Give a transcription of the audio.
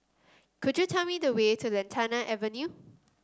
could you tell me the way to Lantana Avenue